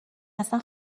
اصلا